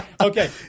Okay